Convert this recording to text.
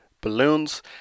balloons